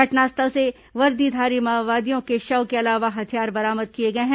घटनास्थल से वर्दीधारी माओवादियों के शव के अलावा हथियार बरामद किए गए हैं